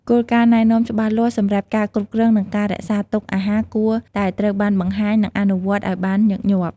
គោលការណ៍ណែនាំច្បាស់លាស់សម្រាប់ការគ្រប់គ្រង និងការរក្សាទុកអាហារគួរតែត្រូវបានបង្ហាញ និងអនុវត្តឲ្យបានញឹកញាប់។